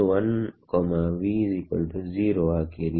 u1 v0 ನ್ನು ಹಾಕಿರಿ